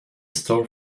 store